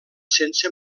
sense